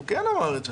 הוא כן אמר את זה.